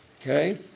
Okay